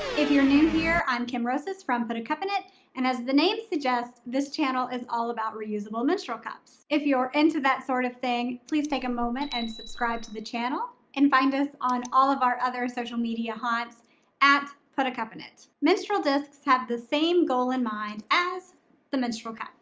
if you're new here, i'm kim rosas from put a cup in it and as the name suggests, this channel is all about reusable menstrual cups. if you're into that sort of thing, please take a moment and subscribe to the channel and find us on all of our other social media hands at put a cup in it. menstrual discs have the same goal in mind as the menstrual cup.